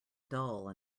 dull